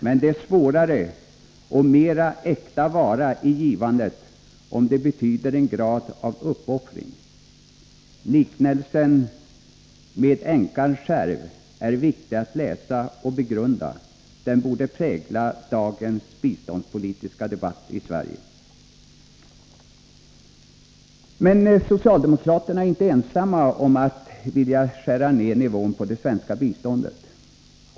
Men givandet är svårare och mera äkta om det innebär en viss grad av uppoffring. Liknelsen med änkans skärv är viktig att läsa och begrunda, den borde prägla dagens biståndspolitiska debatt i Sverige. Men socialdemokraterna är inte ensamma om att vilja skära ned nivån på det svenska biståndet.